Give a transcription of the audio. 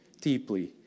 deeply